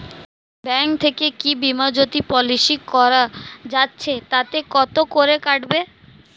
Bank থেকে কী বিমাজোতি পলিসি করা যাচ্ছে তাতে কত করে কাটবে?